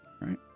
Right